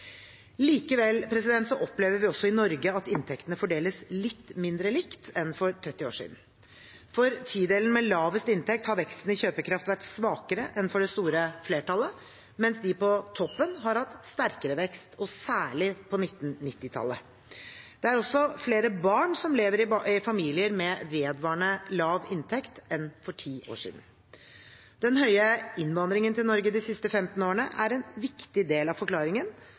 Likevel opplever vi også i Norge at inntektene fordeles litt mindre likt enn for 30 år siden. For tidelen med lavest inntekt har veksten i kjøpekraft vært svakere enn for det store flertallet, mens de på toppen har hatt sterkere vekst, og særlig på 1990-tallet. Det er også flere barn som lever i familier med vedvarende lav inntekt, enn for ti år siden. Den høye innvandringen til Norge de siste 15 årene er en viktig del av forklaringen